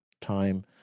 time